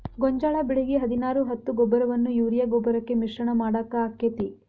ಗೋಂಜಾಳ ಬೆಳಿಗೆ ಹದಿನಾರು ಹತ್ತು ಗೊಬ್ಬರವನ್ನು ಯೂರಿಯಾ ಗೊಬ್ಬರಕ್ಕೆ ಮಿಶ್ರಣ ಮಾಡಾಕ ಆಕ್ಕೆತಿ?